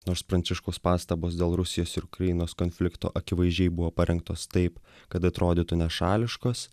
nors pranciškaus pastabos dėl rusijos ir ukrainos konflikto akivaizdžiai buvo parengtos taip kad atrodytų nešališkos